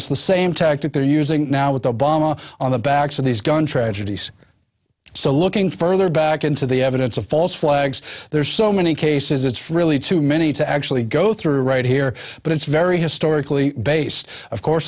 it's the same tactic they're using now with obama on the backs of these gun tragedies so looking further back into the evidence of false flags there are so many cases it's really too many to actually go through right here but it's very historically based of